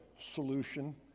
solution